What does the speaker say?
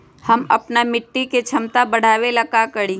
हम अपना मिट्टी के झमता बढ़ाबे ला का करी?